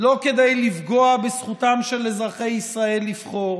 כדי לפגוע בזכותם של אזרחי ישראל לבחור,